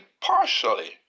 partially